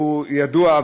שהוא ידוע,